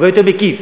הרבה יותר מקיף.